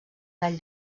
gall